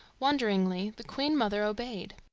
wonderingly, the queen-mother obeyed.